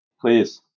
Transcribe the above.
please